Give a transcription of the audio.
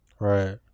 Right